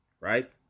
right